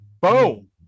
Boom